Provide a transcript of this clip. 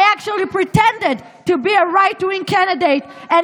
I actually pretended to be a right-wing candidate and